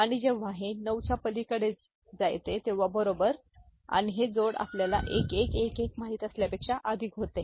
आणि जेव्हा हे 9 च्या पलीकडे जाते तेव्हा बरोबर आणि हे जोड आपल्याला 1111 माहित असलेल्यापेक्षा अधिक होते